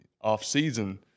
off-season